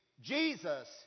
Jesus